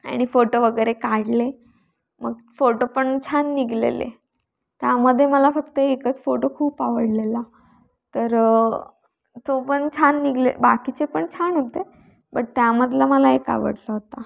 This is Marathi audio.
आणि फोटो वगैरे काढले मग फोटो पण छान निघालेले त्यामध्ये मला फक्त एकच फोटो खूप आवडलेला तर तो पण छान निघाले बाकीचे पण छान होते बट त्यामधला मला एक आवडला होता